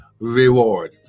reward